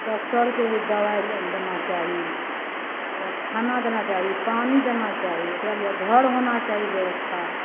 डॉक्टरके जे दबाइ ले लेना चाही ओकरा खाना देना चाही पानि देना चाही ओकरा लिये घर होना चाही व्यवस्था